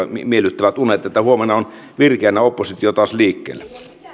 miellyttävät unet niin että huomenna on virkeänä oppositio taas liikkeellä